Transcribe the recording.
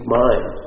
mind